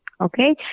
okay